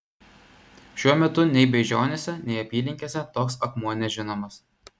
šiuo metu nei beižionyse nei apylinkėse toks akmuo nežinomas